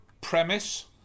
premise